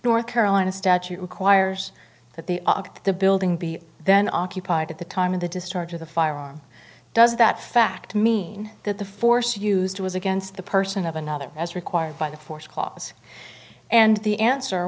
north carolina statute requires that the uk the building be then occupied at the time of the discharge of the firearm does that fact mean that the force used was against the person of another as required by the force clause and the answer